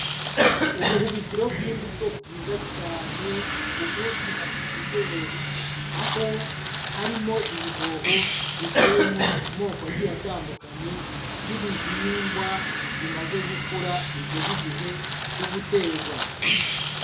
Ubuhubikiro bw'imbuto bwiza cyane ubuzwi nka pipinyeri aho harimo ibihoho biteyemo amoko agiye atandukanye y'ibihingwa bimaze gukura bigeze igihe cyo guterwa.